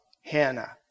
Hannah